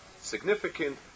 significant